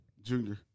Junior